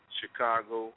Chicago